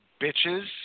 bitches